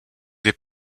des